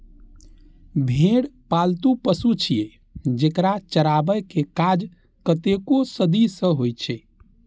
भेड़ पालतु पशु छियै, जेकरा चराबै के काज कतेको सदी सं होइ छै